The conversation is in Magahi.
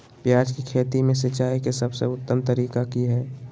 प्याज के खेती में सिंचाई के सबसे उत्तम तरीका की है?